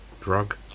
drug